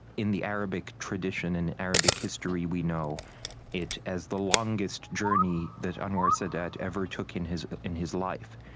in the arabic tradition, in arabic history, we know it as the longest journey that anwar sadat ever took in his in his life.